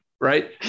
right